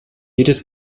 jedes